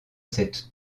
cette